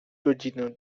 godzinę